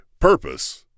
Purpose